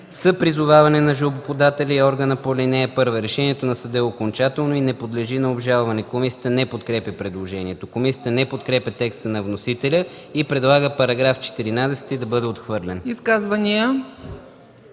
с призоваване на жалбоподателя и органа по ал. 1. Решението на съда е окончателно и не подлежи на обжалване.” Комисията не подкрепя предложението. Комисията не подкрепя текста на вносителя и предлага § 14 да бъде отхвърлен.